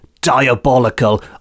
diabolical